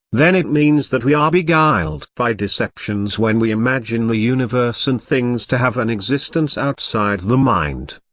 then it means that we are beguiled by deceptions when we imagine the universe and things to have an existence outside the mind.